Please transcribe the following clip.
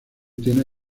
tiene